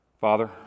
Father